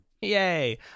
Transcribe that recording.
yay